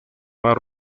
mar